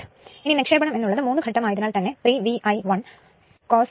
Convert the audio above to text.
ഇനി നിക്ഷേപണം എന്ന് ഉള്ളത് 3 ഘട്ടം ആയതിനാൽ തന്നെ 3 V I 1 കോസ് ഫൈ